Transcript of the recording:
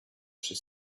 she